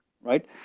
right